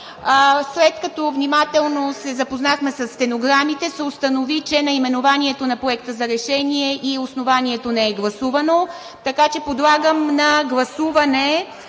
След като внимателно се запознахме със стенограмите, се установи, че наименованието на Проекта за решение и основанието не е гласувано, така че подлагам на гласуване